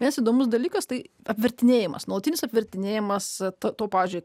nes įdomus dalykas tai apvertinėjimas nuolatinis apvertinėjimas to pavyzdžiui